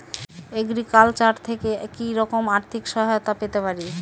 Agriculture থেকে কি রকম আর্থিক সহায়তা পেতে পারি?